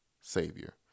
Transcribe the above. Savior